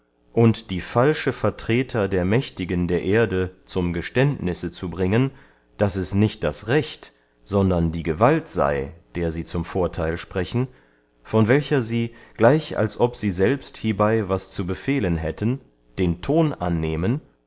und die falsche vertreter der mächtigen der erde zum geständnisse zu bringen daß es nicht das recht sondern die gewalt sey der sie zum vortheil sprechen von welcher sie gleich als ob sie selbst hiebey was zu befehlen hätten den ton annehmen